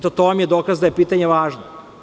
To vam je dokaz da je pitanje važno.